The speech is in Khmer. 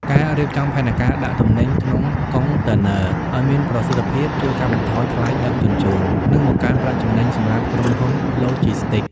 ការរៀបចំផែនការដាក់ទំនិញក្នុងកុងតឺន័រឱ្យមានប្រសិទ្ធភាព ជួយកាត់បន្ថយថ្លៃដឹកជញ្ជូន និងបង្កើនប្រាក់ចំណេញសម្រាប់ក្រុមហ៊ុនឡូជីស្ទីក។